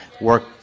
work